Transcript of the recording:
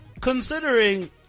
Considering